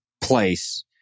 place